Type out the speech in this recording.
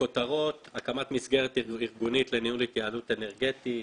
בכותרות: הקמת מסגרת ארגונית לניהול התייעלות אנרגטית,